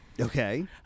Okay